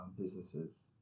businesses